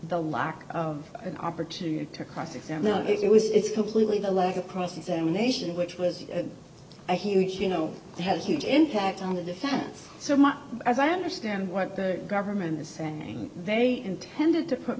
the lack of an opportunity to cross examine it was it's completely the lack of cross examination which was a huge you know they had a huge impact on the defense so much as i understand what the government is sending they intended to put